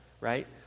right